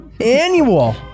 annual